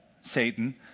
Satan